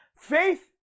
Faith